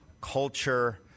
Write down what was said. Culture